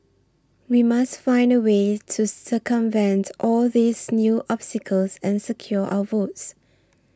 we must find a way to circumvent all these new obstacles and secure our votes